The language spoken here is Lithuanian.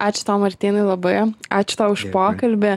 ačiū tau martynai labai ačiū tau už pokalbį